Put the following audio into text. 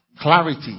Clarity